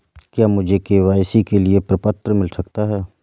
क्या मुझे के.वाई.सी के लिए प्रपत्र मिल सकता है?